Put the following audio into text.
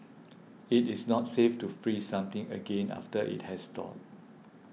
it is not safe to freeze something again after it has thawed